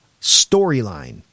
storyline